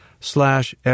Slash